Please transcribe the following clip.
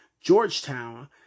Georgetown